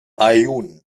aaiún